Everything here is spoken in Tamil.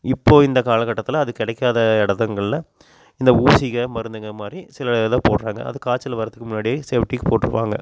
இப்போது இந்த காலக்கட்டத்தில் அது கிடைக்காத இடத்தங்கள்ல இந்த ஊசிகள் மருந்துங்க மாதிரி சில இதை போடுறாங்க அது காச்சல் வரதுக்கு முன்னாடியே சேஃப்டிககு போட்டுருப்பாங்க